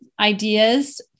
ideas